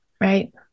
Right